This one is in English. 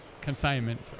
consignment